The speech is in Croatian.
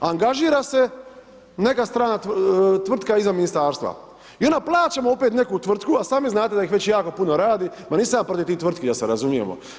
Angažira se neka strana tvrtka iza Ministarstva i onda plaćamo opet neku tvrtku, a sami znate da ih već jako puno radi, ma nisam ja protiv tih tvrtki da se razumijemo.